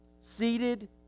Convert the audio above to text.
...seated